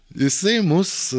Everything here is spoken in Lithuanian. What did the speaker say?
jisai mus